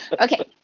Okay